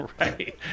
Right